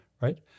right